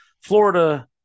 Florida